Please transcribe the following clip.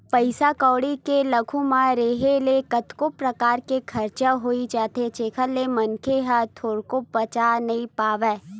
पइसा कउड़ी के आघू म रेहे ले कतको परकार के खरचा होई जाथे जेखर ले मनखे ह थोरको बचा नइ पावय